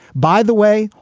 by the way,